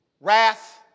wrath